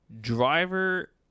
driver